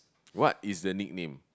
what is the nickname